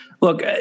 look